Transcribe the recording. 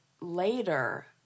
later